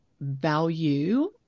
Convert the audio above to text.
value